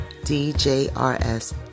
DJRS